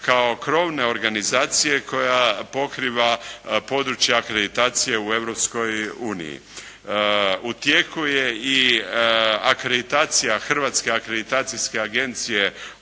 kao krovne organizacije koja pokriva područja akreditacije u Europskoj uniji. U tijeku je i akreditacija Hrvatske akreditacijske agencije